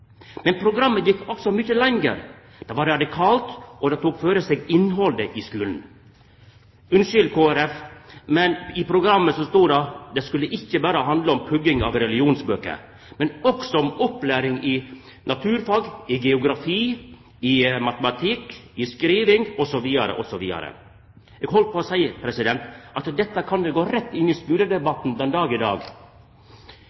Men programmet gjekk også mykje lenger. Det var radikalt, og det tok føre seg innhaldet i skulen. Unnskyld, Kristeleg Folkeparti, men i programmet stod det at det ikkje berre skulle handla om pugging av religionsbøker, men òg om opplæring i naturfag, geografi, matematikk, skriving osv. Eg heldt på å seia at dette kan jo gå rett inn i